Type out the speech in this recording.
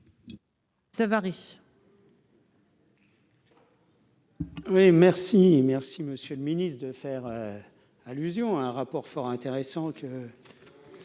Merci, monsieur le ministre, de faire allusion à un rapport fort intéressant